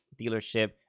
dealership